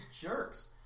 jerks